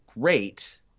great